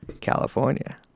California